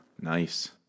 Nice